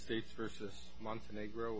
states versus montenegro